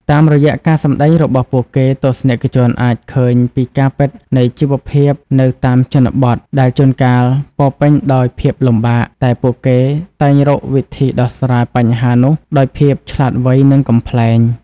តាមរយៈការសម្ដែងរបស់ពួកគេ ទស្សនិកជនអាចឃើញពីការពិតនៃជីវភាពនៅតាមជនបទ ដែលជួនកាលពោរពេញដោយភាពលំបាក តែពួកគេតែងរកវិធីដោះស្រាយបញ្ហានោះដោយភាពឆ្លាតវៃ និងកំប្លែង។